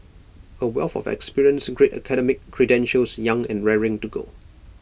A wealth of experience great academic credentials young and raring to go